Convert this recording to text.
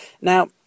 Now